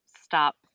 stop